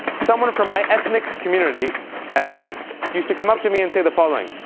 someone from my ethnic community ethnic used to come up to me and say the following.